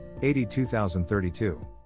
82032